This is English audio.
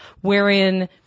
wherein